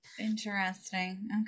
interesting